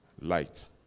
Light